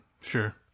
Sure